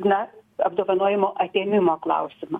na apdovanojimo atėmimo klausimą